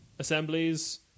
assemblies